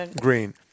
Green